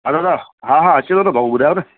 हलो था हा हा अचे थो भाऊ ॿुधायो न